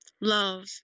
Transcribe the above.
Love